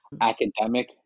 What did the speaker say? academic